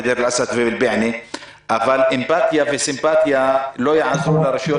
אבל אמפתיה וסימפטיה לא יעזרו לרשויות